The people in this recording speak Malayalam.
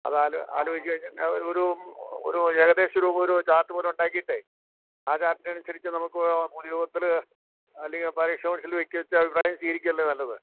അതാലോചിച്ചുകഴിഞ്ഞാല് ഒരു ഒരു ഏകദേശ ഒരു ഒരു ചാർട്ട് പോലെ ഉണ്ടാക്കിയിട്ടെ ആ ചാർട്ടിനനുസരിച്ച് നമുക്ക് പൊതുയോഗത്തില് അല്ലെങ്കിൽ വ്യത്യസ്ത അഭിപ്രായം സ്വീകരിക്കുകയല്ലേ നല്ലത്